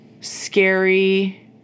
scary